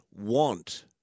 want